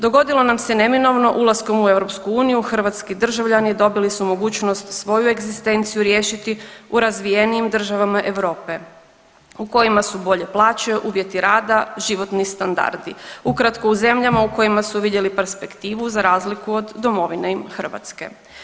Dogodilo nam se neminovno ulaskom u EU hrvatski državljani dobili su mogućnost svoju egzistenciju riješiti u razvijenijim državama Europe u kojima su bolje plaće, uvjeti rada, životni standardi, ukratko u zemljama u kojima su vidjeli perspektivu za razliku od domovine im Hrvatske.